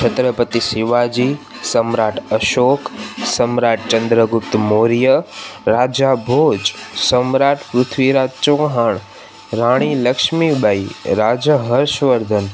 छत्रपति शिवाजी सम्राट अशोक सम्राट चंद्रगुप्त मौर्य राजा भोज सम्राट पृथ्वीराज चौहाण राणी लक्ष्मीबाई राजा हर्षवर्धन